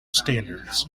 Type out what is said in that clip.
standards